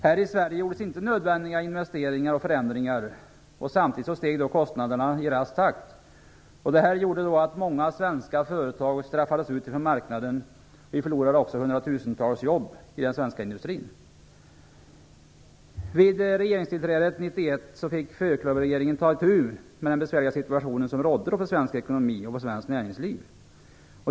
Här i Sverige gjordes inte nödvändiga investeringar och förändringar, och samtidigt steg kostnaderna i rask takt. Det här gjorde att många svenska företag straffades ut från marknaden. Vi förlorade också hundratusentals jobb i den svenska industrin. Vid regeringstillträdet 1991 fick fyrklöverregeringen ta itu med den besvärliga situation som då rådde för svensk ekonomi och svenskt näringsliv.